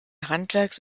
handwerks